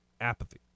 apathy